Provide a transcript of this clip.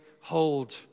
hold